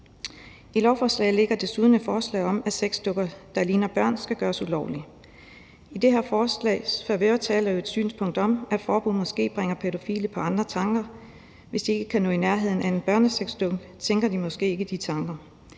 i lovforslaget desuden et forslag om, at sexdukker, der ligner børn, skal gøres ulovlige. I det her forslags favør taler et synspunkt om, at forbud måske bringer pædofile på andre tanker, for hvis de ikke kan komme i nærheden af en børnesexdukke, tænker de måske ikke i de tanker.